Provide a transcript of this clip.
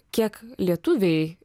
kiek lietuviai